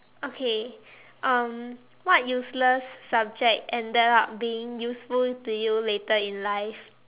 okay um what useless subject ended up being useful to you later in life